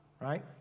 right